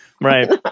right